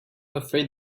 afraid